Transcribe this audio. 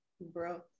Bro